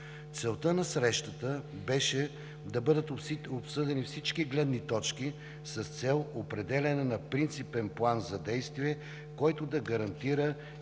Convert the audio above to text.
Целта на срещата беше да бъдат обсъдени всички гледни точки с цел определяне на принципен план за действие, който да гарантира